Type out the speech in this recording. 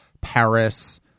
Paris